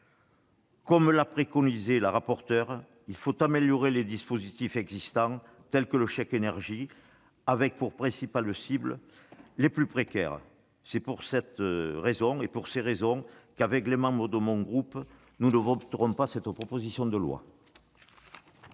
Comme l'a préconisé notre rapporteure, il faut améliorer les dispositifs existants, tels que le chèque énergie, avec pour principale cible les plus précaires. C'est pour ces raisons que les membres de mon groupe ne voteront pas cette proposition de loi.